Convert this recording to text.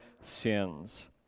sins